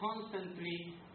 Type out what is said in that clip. constantly